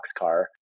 boxcar